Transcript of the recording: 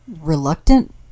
Reluctant